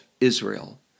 Israel